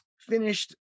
finished